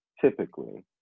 typically